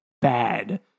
bad